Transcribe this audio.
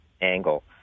angle